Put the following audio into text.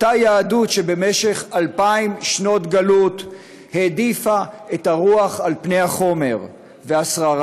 אותה יהדות שבמשך אלפיים שנות גלות העדיפה את הרוח על פני החומר והשררה?